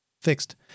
fixed